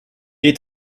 est